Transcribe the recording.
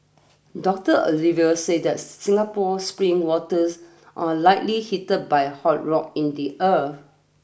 doctor Oliver said that Singapore spring waters are likely heated by hot rock in the earth